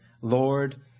Lord